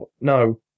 no